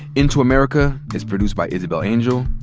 into america is produced by isabel angel,